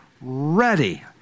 ready